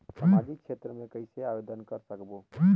समाजिक क्षेत्र मे कइसे आवेदन कर सकबो?